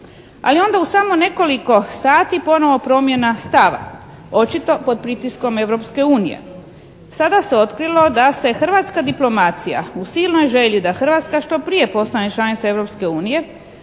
Ali je onda u samo nekoliko sati ponovo promjena stava, očito pod pritiskom Europske unije. Sada se otkrilo da se hrvatska diplomacija u silnoj želji da Hrvatska što prije postane članica